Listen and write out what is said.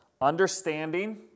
understanding